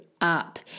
up